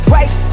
Rice